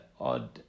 odd